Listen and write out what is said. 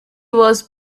was